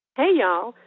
hey, y'all.